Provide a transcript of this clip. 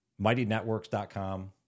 Mightynetworks.com